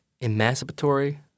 emancipatory